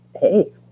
hey